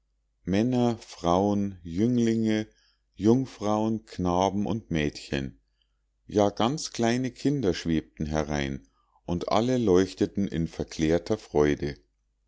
männer frauen jünglinge jungfrauen knaben und mädchen ja ganz kleine kinder schwebten herein und alle leuchteten in verklärter freude